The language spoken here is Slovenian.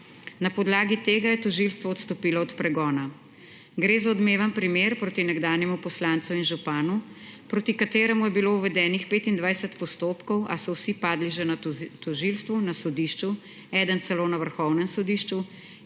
Na podlagi tega je tožilstvo odstopilo od pregona. Gre za odmeven primer proti nekdanjemu poslancu in županu, proti kateremu je bilo uvedenih 25 postopkov, a so vsi padli že na tožilstvu, na sodišču, eden celo na Vrhovnem sodišču,